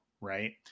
Right